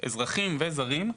אזרחים וזרים,